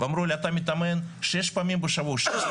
ואמרו לי אתה מתאמן שש פעמים בשבוע.